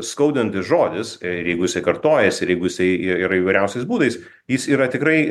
skaudantis žodis ir jeigu jisai kartojasi ir jeigu jisai ir yra įvairiausiais būdais jis yra tikrai